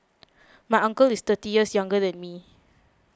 my uncle is thirty years younger than me